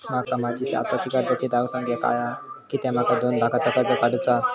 माका सांगा माझी आत्ताची कर्जाची धावसंख्या काय हा कित्या माका दोन लाखाचा कर्ज काढू चा हा?